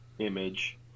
image